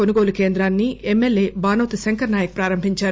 కొనుగోలు కేంద్రాన్ని ఎమ్మెల్యే బానోతు శంకర్ నాయక్ ప్రారంభించారు